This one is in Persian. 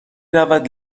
رود